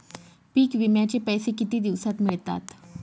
पीक विम्याचे पैसे किती दिवसात मिळतात?